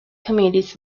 committees